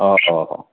অ' অ'